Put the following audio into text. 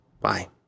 bye